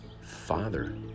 father